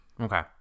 okay